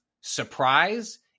surprise